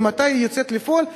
ומתי היא יוצאת לפועל,